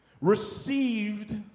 received